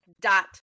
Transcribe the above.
dot